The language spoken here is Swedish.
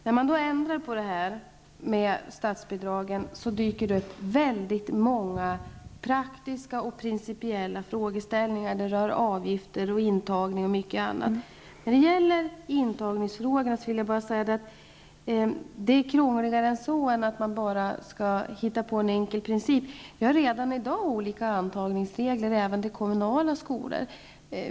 När man i samband med detta ändrar på reglerna för statsbidrag dyker det upp väldigt många praktiska och principiella frågor rörande avgifter, intagning och mycket annat. Intagningsfrågan är krångligare än att det bara gäller att hitta på en enkel princip. Vi har redan i dag olika antagningsregler även till kommunala skolor.